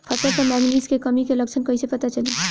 फसल पर मैगनीज के कमी के लक्षण कइसे पता चली?